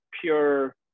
pure